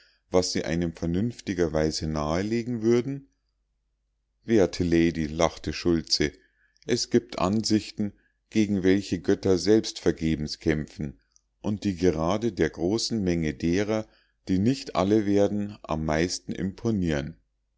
was sie einem vernünftigerweise nahelegen würden werte lady lachte schultze es gibt ansichten gegen welche götter selbst vergebens kämpfen und die gerade der großen menge derer die nicht alle werden am meisten imponieren